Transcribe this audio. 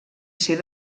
ser